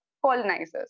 colonizers